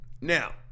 Now